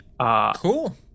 cool